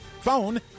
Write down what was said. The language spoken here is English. Phone